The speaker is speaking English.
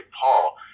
Paul